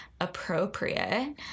appropriate